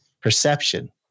perception